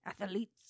Athletes